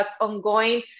ongoing